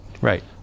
Right